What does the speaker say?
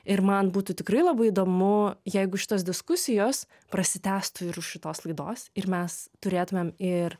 ir man būtų tikrai labai įdomu jeigu šitos diskusijos prasitęstų ir už šitos laidos ir mes turėtumėm ir